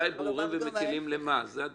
זו הדילמה.